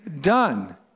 done